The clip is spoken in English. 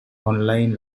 online